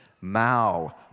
Mao